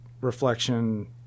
reflection